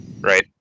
Right